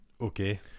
Okay